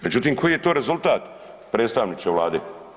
Međutim, koji je to rezultat, predstavniče Vlade?